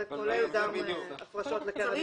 זה כולל גם הפרשות לקרן השתלמות.